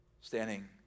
standing